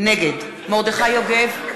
נגד מרדכי יוגב,